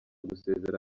gusezera